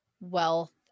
wealth